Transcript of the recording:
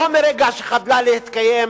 לא מרגע שחדלה להתקיים